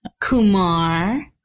kumar